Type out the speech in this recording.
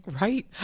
right